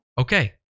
Okay